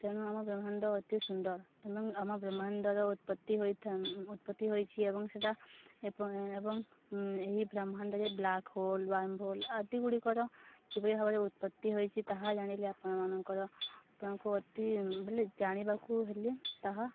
ତେଣୁ ଆମ ବ୍ରହ୍ମାଣ୍ଡ ଅତି ସୁନ୍ଦର ଏବଂ ଆମ ବ୍ରହ୍ମାଣ୍ଡର ଉତ୍ପତ୍ତି ହୋଇଥା ଉତ୍ପତ୍ତି ହୋଇଛି ଏବଂ ସେଇଟା ଏବଂ ଏହି ବ୍ରହ୍ମାଣ୍ଡ ଯେ ବ୍ଲାକ ହୋଲ ୱାର୍ମ ହୋଲ ଆଦି ଗୁଡ଼ିକର କିଭଳି ଭାବରେ ଉତ୍ପତ୍ତି ହୋଇଛି ତାହା ଜାଣିଲେ ଆପଣମାନଙ୍କର ଆପଣଙ୍କୁ ଅତି ବୋଲେ ଜାଣିବାକୁ ହେଲେ ତାହା